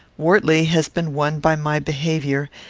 wortley has been won by my behaviour,